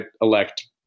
elect